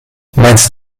meinst